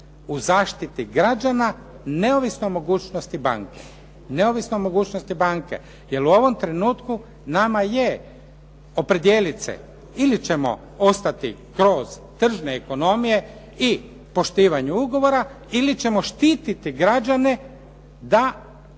u zaštiti građana neovisno o mogućnosti banke, neovisno o mogućnosti banke jer u ovom trenutku nama je opredijeliti se, ili ćemo ostati kroz tržne ekonomije i poštivanje ugovora ili ćemo štititi građane da ako